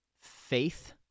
faith